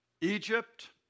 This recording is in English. Egypt